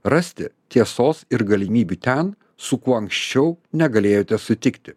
rasti tiesos ir galimybių ten su kuo anksčiau negalėjote sutikti